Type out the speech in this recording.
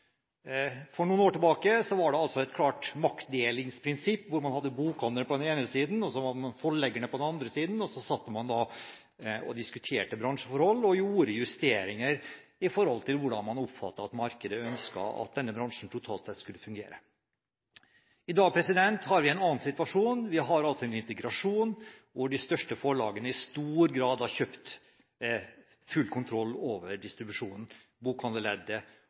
For noen år tilbake var det et klart maktdelingsprinsipp hvor man hadde bokhandlerne på den ene siden og forleggerne på den andre. Så satt man og diskuterte bransjeforhold og gjorde justeringer i tråd med hvordan man oppfattet at markedet ønsket at denne bransjen totalt sett skulle fungere. I dag har vi en annen situasjon. Vi har en integrasjon hvor de største forlagene i stor grad har full kontroll over distribusjonen